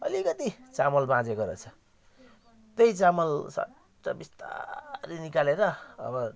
अलिकति चामल बाँचेको रहेछ त्यही चामल स्वाट्टै बिस्तारै निकालेर अब